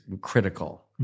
critical